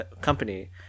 company